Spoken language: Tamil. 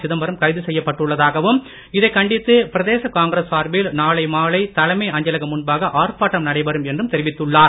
சிதம்பரம் கைது செய்யப்பட்டுள்ளதாகவும் இதை கண்டித்து பிரதேச காங்கிரஸ் சார்பில் நாளை மாலை தலைமை அஞ்சலகம் முன்பாக ஆர்ப்பாட்டம் நடைபெறும் என்றும் தெரிவித்துள்ளார்